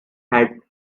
had